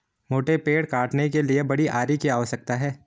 मोटे पेड़ काटने के लिए बड़े आरी की आवश्यकता है